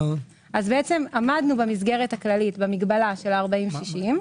עמדנו במסגרת הכללית במגבלה של 40-60,